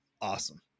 awesome